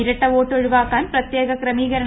ഇരട്ടവോട്ട് ഒഴിവാക്കാ്ൻ പ്രത്യേക ക്രമീകരണം